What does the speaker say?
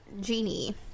genie